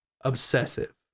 obsessive